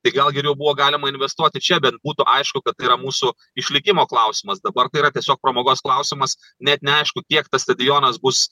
tai gal geriau buvo galima investuoti čia bent būtų aišku kad tai yra mūsų išlikimo klausimas dabar tai yra tiesiog pramogos klausimas net neaišku kiek tas stadionas bus